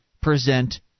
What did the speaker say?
present